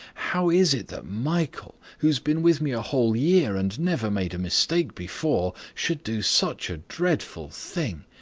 how is it that michael, who has been with me a whole year and never made a mistake before, should do such a dreadful thing?